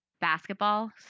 basketball